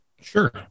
Sure